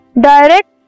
Direct